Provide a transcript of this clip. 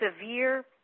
severe